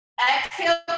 Exhale